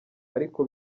ariko